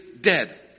dead